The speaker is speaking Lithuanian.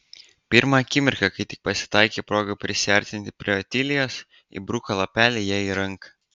pirmą akimirką kai tik pasitaikė proga prisiartinti prie otilijos įbruko lapelį jai į ranką